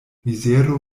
mizero